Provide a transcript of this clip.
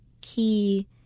key